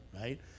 right